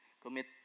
commit